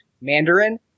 Mandarin